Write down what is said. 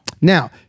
now